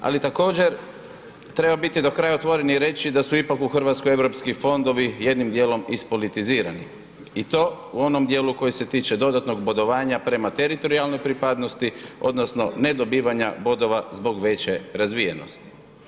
Ali također treba biti do kraja otvoren i reći da su ipak u Hrvatskoj eu fondovi jednim dijelom ispolitizirani i to u onom dijelu koji se tiče dodatnog bodovanja prema teritorijalnoj pripadnosti odnosno ne dobivanja bodova zbog veće razvijenosti.